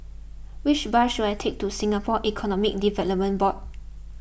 which bus should I take to Singapore Economic Development Board